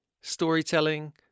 storytelling